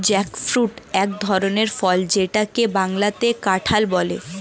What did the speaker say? jackfruit এক ধরনের ফল যেটাকে বাংলাতে কাঁঠাল বলে